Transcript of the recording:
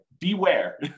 beware